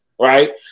Right